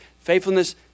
faithfulness